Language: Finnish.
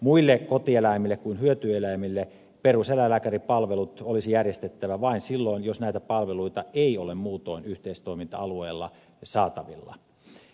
muille kotieläimille kuin hyötyeläimille peruseläinlääkäripalvelut olisi järjestettävä vain silloin jos näitä palveluita ei ole muutoin yhteistoiminta alueella saatavilla